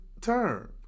term